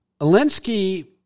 Alinsky